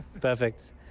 Perfect